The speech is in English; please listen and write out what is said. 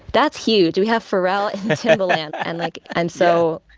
that's huge. we have pharrell and timbaland and, like, i'm so,